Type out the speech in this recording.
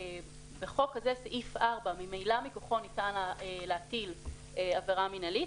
בחוק כזה סעיף 4 ממילא מכוחו ניתן להטיל עבירה מנהלית,